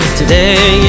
today